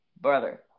brother